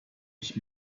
ich